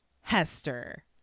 Hester